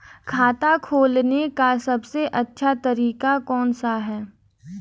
खाता खोलने का सबसे अच्छा तरीका कौन सा है?